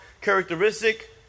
characteristic